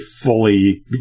fully